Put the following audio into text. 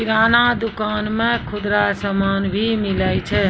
किराना दुकान मे खुदरा समान भी मिलै छै